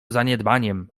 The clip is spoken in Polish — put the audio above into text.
zaniedbaniem